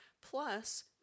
Plus